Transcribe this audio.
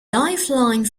lifelong